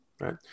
Right